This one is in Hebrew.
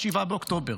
ב-7 באוקטובר